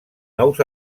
nous